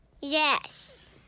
Yes